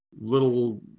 little